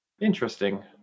Interesting